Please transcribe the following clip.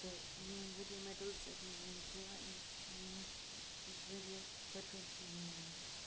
تہٕ ییٚمۍ واریاہ مٮ۪ڈلٕز چھِ اَتھ منٛز زیٖنۍمٕتۍ یا یُس ییٚمۍ یُس واریاہ پٔرفٮ۪کٹ چھِ گِنٛدان یہِ